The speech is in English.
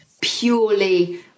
purely